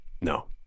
No